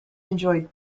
enjoyed